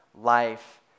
life